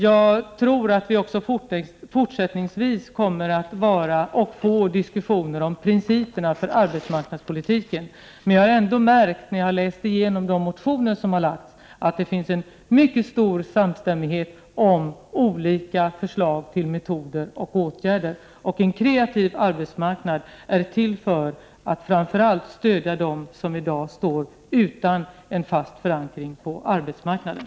Jag tror att vi också fortsättningsvis kommer att få diskussioner om principerna för arbetsmarknadspolitiken. När jag läst igenom de motioner som väckts har jag dock märkt att det finns en mycket stor samstämmighet om olika förslag till metoder och åtgärder. En kreativ arbetsmarknad är framför allt till för att stödja dem som i dag står utanför en fast förankring på arbetsmarknaden.